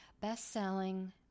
best-selling